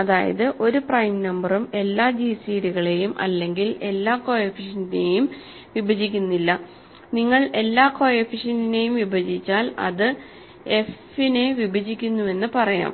അതായത് ഒരു പ്രൈം നമ്പറും എല്ലാ ജിസിഡികളെയും അല്ലെങ്കിൽ എല്ലാ കോഎഫിഷ്യന്റിനെയും വിഭജിക്കുന്നില്ല നിങ്ങൾ എല്ലാ കോഎഫിഷ്യന്റിനെയും വിഭജിച്ചാൽ അത് f നെ വിഭജിക്കുന്നുവെന്ന് പറയാം